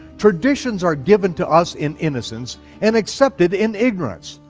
traditions are given to us in innocence and accepted in ignorance.